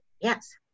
Yes